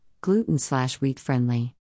gluten-slash-wheat-friendly